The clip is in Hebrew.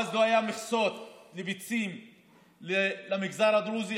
אז לא היו מכסות של ביצים למגזר הדרוזי,